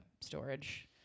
storage